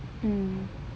mm